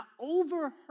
overheard